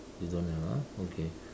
you don't have ah okay